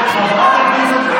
טרור.